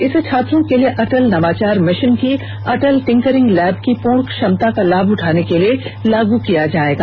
इसे छात्रों के लिए अटल नवाचार मिशन की अटल टिंकरिंग लैब की पूर्ण क्षमता का लाभ उठाने के लिए लागू किया जाएगा